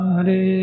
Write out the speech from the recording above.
Hare